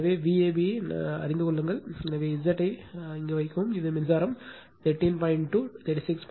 எனவே Vab அறிந்து கொள்ளுங்கள் எனவே Z ஐ வைக்கவும் இது மின்சாரம் 13